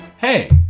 Hey